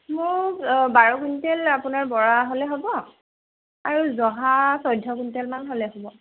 মোক বাৰ কুইণ্টেল আপোনাৰ বৰা হ'লে হ'ব আৰু জহা চৈধ্য কুইণ্টেলমান হ'লে হ'ব